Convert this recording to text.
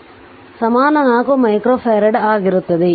ಆದ್ದರಿಂದ ಸಮಾನ 4 ಮೈಕ್ರೊಫರಡ್ ಆಗಿರುತ್ತದೆ